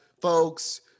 Folks